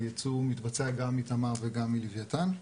היצוא מתבצע גם מתמר וגם מלווייתן.